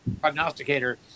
prognosticator